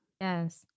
Yes